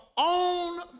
own